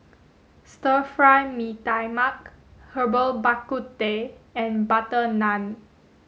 stir Fry Mee Tai Mak Herbal Bak Ku Teh and butter naan